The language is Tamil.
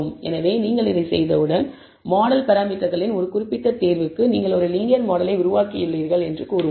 எனவே நீங்கள் இதைச் செய்தவுடன் மாடல் பராமீட்டர்களின் ஒரு குறிப்பிட்ட தேர்வுக்கு நீங்கள் ஒரு லீனியர் மாடலை உருவாக்கியுள்ளீர்கள் என்று கூறுவோம்